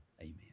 Amen